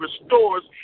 restores